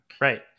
Right